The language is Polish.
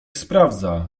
sprawdza